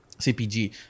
CPG